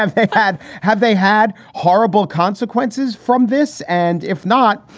ah they had had they had horrible consequences from this. and if not,